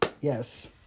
Yes